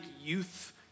youth